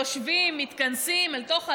יושבים, מתכנסים אל תוך הלילה,